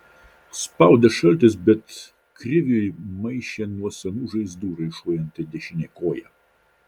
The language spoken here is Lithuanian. spaudė šaltis bet kriviui maišė nuo senų žaizdų raišuojanti dešinė koja